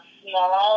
small